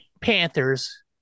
Panthers